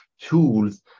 tools